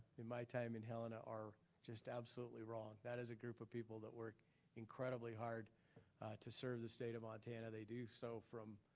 in my time in helena, are just absolutely wrong. that is a group of people that worked incredible hard to serve the state of montana. they do so from